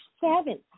seven